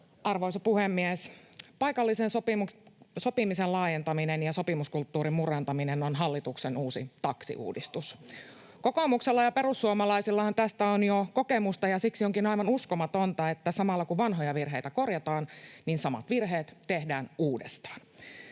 Arvoisa puhemies! Paikallisen sopimisen laajentaminen ja sopimuskulttuurin murentaminen on hallituksen uusi taksiuudistus. Kokoomuksella ja perussuomalaisillahan tästä on jo kokemusta, ja siksi onkin aivan uskomatonta, että samalla kun vanhoja virheitä korjataan, niin samat virheet tehdään uudestaan.